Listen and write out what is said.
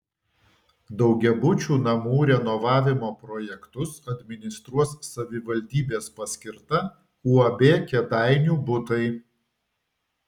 daugiabučių namų renovavimo projektus administruos savivaldybės paskirta uab kėdainių butai